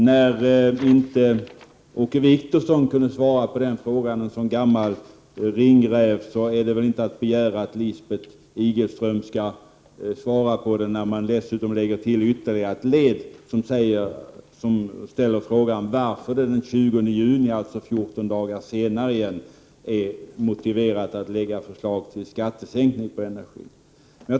När Åke Wictorsson som gammal ringräv inte kunde svara på den frågan, är det väl inte att begära att Lisbeth Staaf-Igelström skall kunna svara på den frågan om man dessutom lägger till ytterligare ett led och frågar varför det den 20 juni, dvs. efter ytterligare 14 dagar, är motiverat att lägga fram förslag om skattesänkningar för energi.